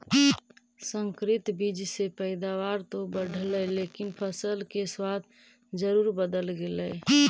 संकरित बीज से पैदावार तो बढ़लई लेकिन फसल के स्वाद जरूर बदल गेलइ